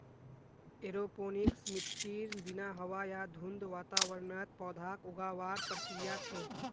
aeroponics मिट्टीर बिना हवा या धुंध वातावरणत पौधाक उगावार प्रक्रिया छे